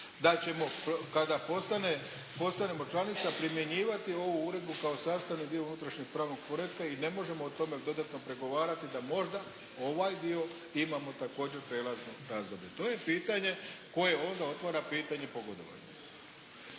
da ćemo kada postanemo članica primjenjivati ovu uredbu kao sastavni dio unutrašnjeg pravnog poretka i ne možemo o tome dodatno pregovarati da možda ovaj dio imamo također prijelazno razdoblje. To je pitanje koje onda otvara pitanje pogodovanja.